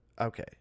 okay